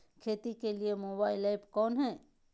खेती के लिए मोबाइल ऐप कौन है?